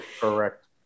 Correct